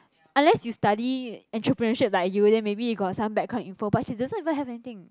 unless you study entrepreneurship like you then maybe you got some background info but she doesn't even have anything